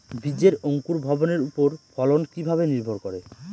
বীজের অঙ্কুর ভবনের ওপর ফলন কিভাবে নির্ভর করে?